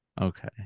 Okay